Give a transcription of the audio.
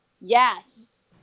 Yes